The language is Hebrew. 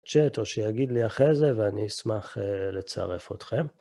צ'ט או שיגיד לי אחרי זה ואני אשמח לצרף אותכם.